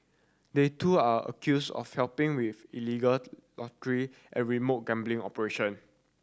they too are accused of helping with illegal lottery and remote gambling operation